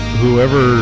whoever